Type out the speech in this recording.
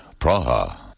Praha